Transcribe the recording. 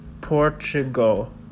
Portugal